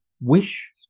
wish